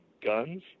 guns